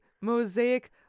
mosaic